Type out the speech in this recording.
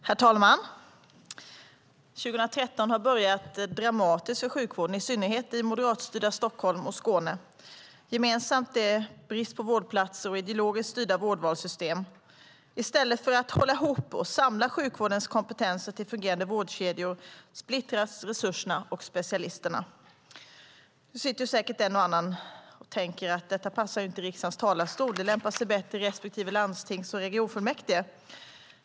Herr talman! År 2013 har börjat dramatiskt för sjukvården, i synnerhet i moderatstyrda Stockholm och Skåne. Gemensamt är brist på vårdplatser och ideologiskt styrda vårdvalssystem. I stället för att hålla ihop och samla sjukvårdens kompetenser till fungerande vårdkedjor splittras resurserna och specialisterna. Nu sitter säkert en och annan och tänker att detta inte passar i riksdagens talarstol utan lämpar sig bättre i respektive landstings och regionfullmäktige.